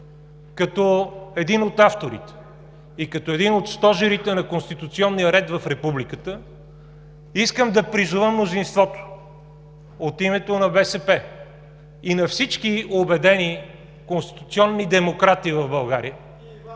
като един от авторите и като един от стожерите на конституционния ред в Републиката, искам да призова мнозинството от името на БСП и на всички убедени конституционни демократи в България,